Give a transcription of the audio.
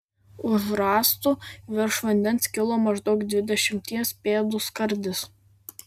už rąstų virš vandens kilo maždaug dvidešimties pėdų skardis